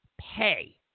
pay